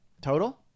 Total